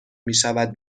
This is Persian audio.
میشود